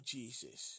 Jesus